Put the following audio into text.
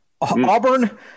Auburn